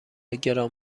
گران